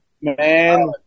Man